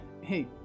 Hey